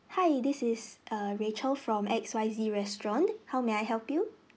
hi this is er rachel from X Y Z restaurant how may I help you